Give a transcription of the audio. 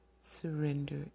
surrender